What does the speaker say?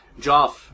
Joff